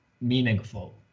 meaningful